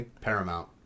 Paramount